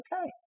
okay